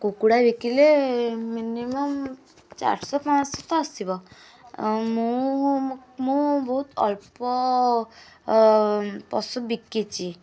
କୁକୁଡ଼ା ବିକିଲେ ମିନିମମ୍ ଚାରି ଶହ ପାଞ୍ଚ ଶହ ତ ଆସିବ ମୁଁ ମୁଁ ବହୁତ ଅଳ୍ପ ପଶୁ ବିକିଛି